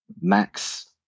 Max